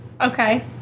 Okay